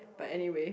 but anyway